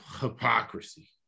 hypocrisy